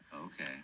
Okay